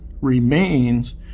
remains